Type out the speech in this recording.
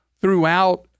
throughout